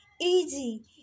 easy